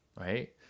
right